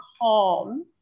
calm